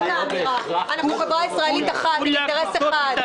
זאת האמירה: אנחנו חברה ישראלית אחת עם אינטרס אחד.